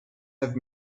have